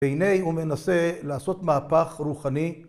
והנה הוא מנסה לעשות מהפך רוחני